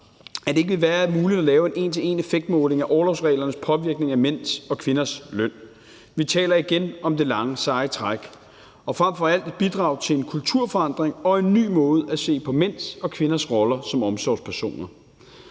at det ikke vil være muligt at lave en en til en-effektmåling af orlovsreglernes påvirkning af mænds og kvinders løn. Vi taler igen om det lange, seje træk og frem for alt om at bidrage til en kulturforandring og en ny måde at se på mænds og kvinders roller som omsorgspersoner